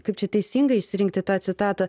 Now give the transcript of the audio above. kaip čia teisingai išsirinkti tą citatą